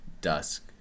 dusk